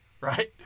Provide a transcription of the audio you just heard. right